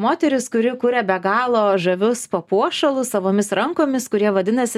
moteris kuri kuria be galo žavius papuošalus savomis rankomis kurie vadinasi